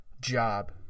job